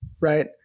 right